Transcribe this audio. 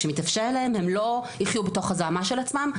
כשמתאפשר להם הם לא יחיו בתוך הזוהמה של עצמם,